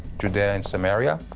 judea and samaria.